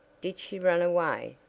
did she run away?